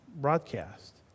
broadcast